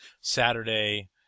Saturday